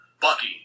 Bucky